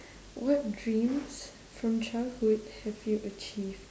what dreams from childhood have you achieved